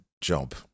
job